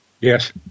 Yes